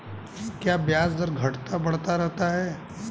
क्या ब्याज दर घटता बढ़ता रहता है?